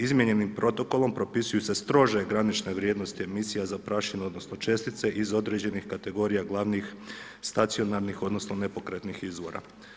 Izmijenjenim protokolom, propisuju se strože granične vrijednosti emisija za prašinu, odnosno, čestice, iz određenih kategorija, glavnih stacionarnih odnosno, nepokretnih izvora.